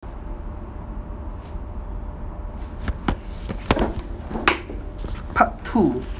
part two